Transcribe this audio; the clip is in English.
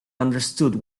understood